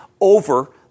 over